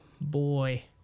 boy